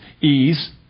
Ease